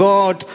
God